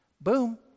Boom